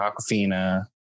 Aquafina